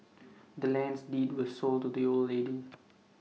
the land's deed was sold to the old lady